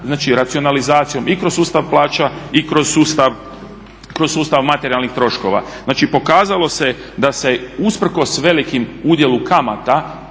znači racionalizacijom i kroz sustav plaća i kroz sustav materijalnih troškova. Znači pokazalo se da se usprkos velikim udjelima kamata